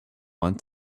want